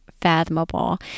fathomable